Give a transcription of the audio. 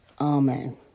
Amen